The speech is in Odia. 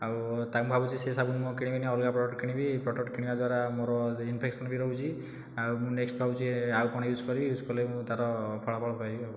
ଆଉ ତା ମୁଁ ଭାବୁଚି ସେ ସାବୁନ ମୁଁ ଆଉ କିଣିବିନାହିଁ ଅଲଗା ପ୍ରଡକ୍ଟ କିଣିବି ପ୍ରଡକ୍ଟ କିଣିବାଦ୍ୱାରା ମୋର ଇନଫେକ୍ସନ ବି ରହୁଛି ଆଉ ମୁଁ ନେକ୍ଷ୍ଟ ଭାବୁଛି ଆଉ କଣ ୟୁଜ୍ କରିବି ୟୁଜ୍ କଲେ ମୁଁ ତାର ଫଳାଫଳ ପାଇବି